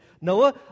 Noah